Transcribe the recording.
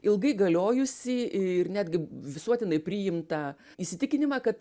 ilgai galiojusį ir netgi visuotinai priimtą įsitikinimą kad